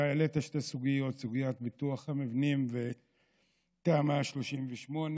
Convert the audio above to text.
אתה העלית שתי סוגיות: סוגיית ביטוח המבנים ותמ"א 38,